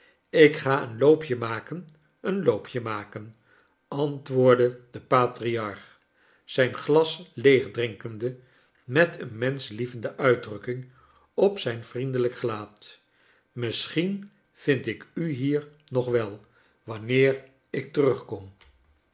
ik ga een loopje maken een loopje maken antwoordde de patriarch zijn glas leeg drinkende met een menschlievende uitdrukking op zijn vriendelijk gelaat misschien vind ik u bier nog wel wanneer ik terugkom